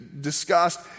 discussed